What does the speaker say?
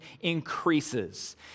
increases